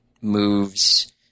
moves